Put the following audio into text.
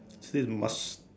fill with mush